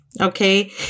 Okay